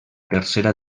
tercera